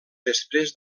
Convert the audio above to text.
després